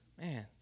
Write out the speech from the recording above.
Man